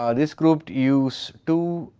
um this group used two,